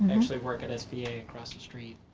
actually work at sva across the street.